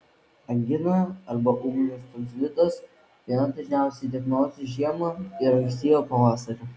angina arba ūminis tonzilitas viena dažniausių diagnozių žiemą ir ankstyvą pavasarį